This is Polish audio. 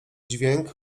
dźwięk